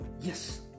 Yes